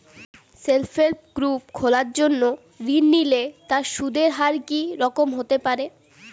Self help group খোলার জন্য ঋণ নিলে তার সুদের হার কি রকম হতে পারে?